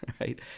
right